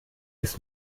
ist